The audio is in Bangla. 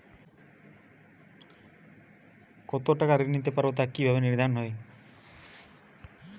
কতো টাকা ঋণ নিতে পারবো তা কি ভাবে নির্ধারণ হয়?